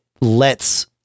lets